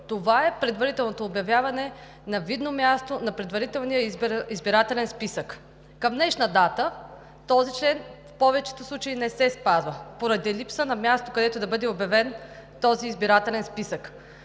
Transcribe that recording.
Това е предварително обявяване на видно място на предварителния избирателен списък. Към днешна дата в повечето случаи този член не се спазва поради липсата на място, където да бъде обявен този избирателен списък.